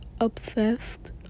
obsessed